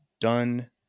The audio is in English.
done